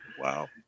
Wow